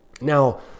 now